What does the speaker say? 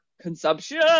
consumption